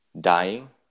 dying